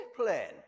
plan